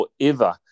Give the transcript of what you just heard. forever